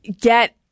get –